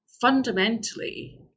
Fundamentally